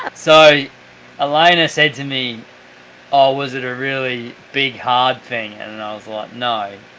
so elayna said to me oh was it a really big hard thing? and and i was like no,